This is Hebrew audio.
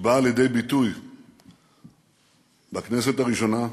שבאה לידי ביטוי בכנסת הראשונה,